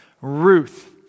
Ruth